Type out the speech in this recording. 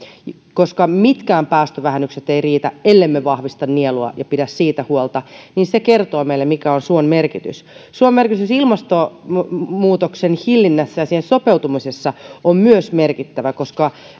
koska mitkään päästövähennykset eivät riitä ellemme vahvista nielua ja pidä siitä huolta niin se kertoo meille mikä on suon merkitys suon merkitys ilmastonmuutoksen hillinnässä ja siihen sopeutumisessa on myös merkittävää koska